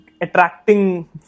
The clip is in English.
attracting